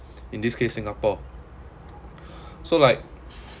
in this case singapore so like